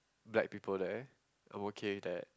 like people there I'm okay with that